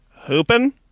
Hooping